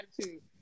attitude